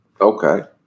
Okay